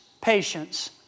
patience